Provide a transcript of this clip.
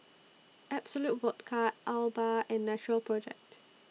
Absolut Vodka Alba and Natural Project